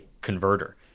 converter